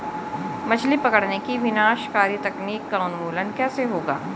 मछली पकड़ने की विनाशकारी तकनीक का उन्मूलन कैसे होगा?